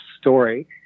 story